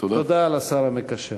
תודה לשר המקשר.